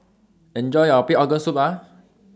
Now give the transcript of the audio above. Enjoy your Pig Organ Soup